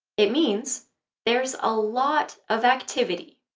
it means there's a lot of activity.